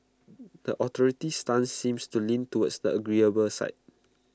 the authorities' stance seems to lean towards the agreeable side